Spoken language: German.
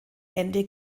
ende